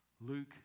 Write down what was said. Luke